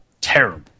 Terrible